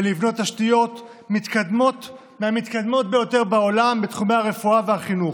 ולבנות תשתיות מהמתקדמות ביותר בעולם בתחומי הרפואה והחינוך.